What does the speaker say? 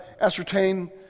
ascertain